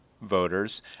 voters